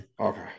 Okay